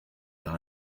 par